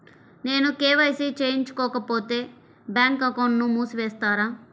నేను కే.వై.సి చేయించుకోకపోతే బ్యాంక్ అకౌంట్ను మూసివేస్తారా?